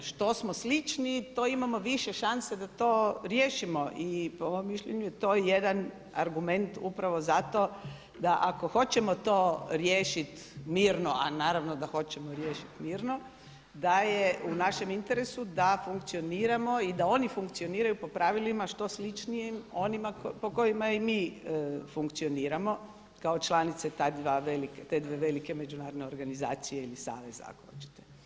Što smo sličniji to imamo više šanse da to riješimo i po mom mišljenju je to jedan argument upravo zato da ako hoćemo to riješiti mirno, a naravno da hoćemo riješit mirno da je u našem interesu da funkcioniramo i da oni funkcioniraju po pravilima što sličnijim onima po kojima i mi funkcioniramo kao članice te dvije velike međunarodne organizacije ili saveza ako hoćete.